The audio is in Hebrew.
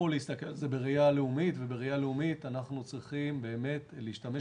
אנחנו יודעים עלויות.